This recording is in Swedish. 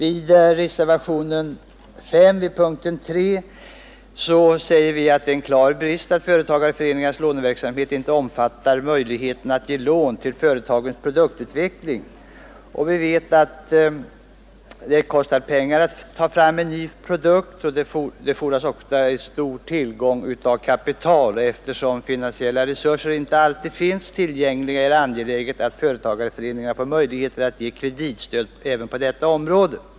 I reservationen 5 vid punkten 3 säger vi att det är en klar brist att företagarföreningarnas låneverksamhet inte omfattar möjligheten att ge lån till företagens produktutveckling. Vi vet att det kostar pengar att ta fram en ny produkt. Det fordras ofta stor tillgång till kapital. Eftersom finansiella resurser inte alltid finns tillgängliga är det angeläget att företagarföreningarna får möjligheter att ge kreditstöd även på detta område.